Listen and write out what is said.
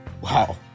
Wow